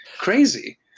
crazy